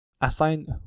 assign